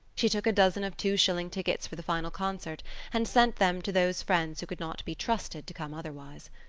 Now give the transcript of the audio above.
she took a dozen of two-shilling tickets for the final concert and sent them to those friends who could not be trusted to come otherwise.